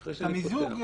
את המיזוג,